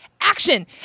action